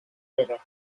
lyric